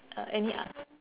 uh any